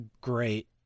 great